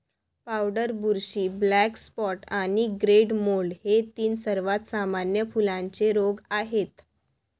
powder बुरशी, black spot आणि grey mould हे तीन सर्वात सामान्य फुलांचे रोग आहेत